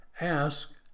Ask